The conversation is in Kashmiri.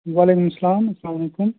وعلیکُم سَلام اسلامُ علیکُم